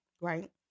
Right